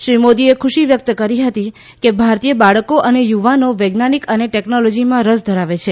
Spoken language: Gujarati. શ્રી મોદીએ ખુશી વ્યક્ત કરી હતી કે ભારતીય બાળકો અને યુવાનો વૈજ્ઞાનિક અને ટેકનોલોજીમાં રસ ધરાવે છે